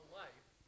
life